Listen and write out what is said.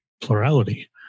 plurality